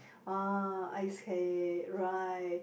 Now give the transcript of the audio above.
ah I see right